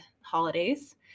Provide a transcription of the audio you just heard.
holidays